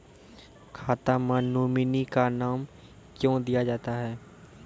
खाता मे नोमिनी का नाम क्यो दिया जाता हैं?